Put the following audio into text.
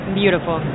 beautiful